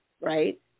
Right